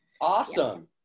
Awesome